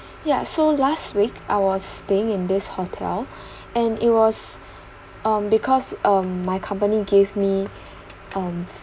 ya so last week I was staying in this hotel and it was um because um my company gave me um